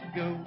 go